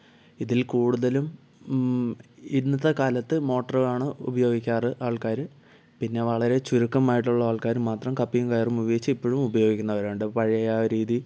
ഇതിൽ കുടുതലുംഇന്നത്തെ കാലത്ത് മോട്ടോറാണ് ഉപയോഗിക്കാറ് ആള്ക്കാര് പിന്നേ വളരെ ചുരുക്കം ആയിട്ടുള്ള ആള്ക്കാര് മാത്രം കപ്പിയും കയറും ഉപയോഗിച്ച് ഇപ്പോഴും ഉപയോഗിക്കുന്നവരുണ്ട് പഴയ ആ ഒരു രീതി